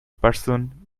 person